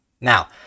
Now